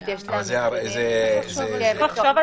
נחשוב על